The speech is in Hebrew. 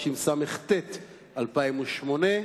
התשס"ח 2008,